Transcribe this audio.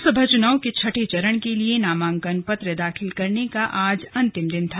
लोकसभा चुनावों के छठे चरण के लिए नामांकन पत्र दाखिल करने का आज अन्तिम दिन भी था